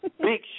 big